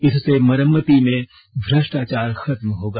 इससे मरम्मती में भ्रष्टाचार खत्म होगा